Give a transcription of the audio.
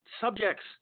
subjects